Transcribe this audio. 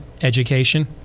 education